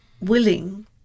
willing